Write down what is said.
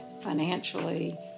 financially